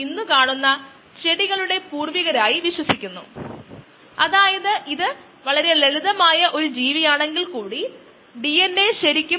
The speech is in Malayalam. ഈ സാഹചര്യങ്ങളിൽ ലാഗ് ഫേസ് സാധാരണയായി 20 മിനിറ്റ് നീണ്ടുനിൽക്കും